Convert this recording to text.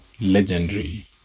legendary